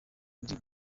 undi